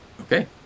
Okay